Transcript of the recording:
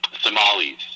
Somali's